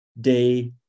day